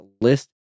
list